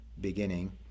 beginning